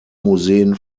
museen